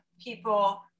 people